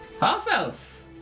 Half-elf